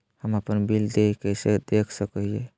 हम अपन बिल देय कैसे देख सको हियै?